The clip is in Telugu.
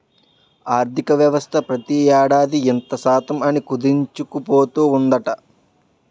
ఆర్థికవ్యవస్థ ప్రతి ఏడాది ఇంత శాతం అని కుదించుకుపోతూ ఉందట